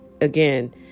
again